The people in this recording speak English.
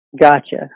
Gotcha